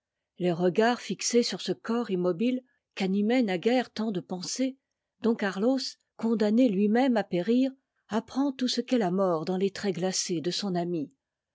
les regards fixés sur ce corps immobile qu'animaient naguère tant de pensées don carlos condamné lui-même à t érir apprend tout ce qu'est la mort dans les traits gtacés de son ami